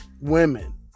women